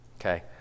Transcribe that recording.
okay